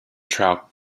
trout